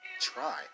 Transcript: try